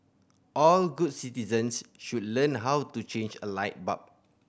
all good citizens should learn how to change a light bulb